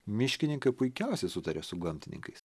miškininkai puikiausiai sutaria su gamtininkais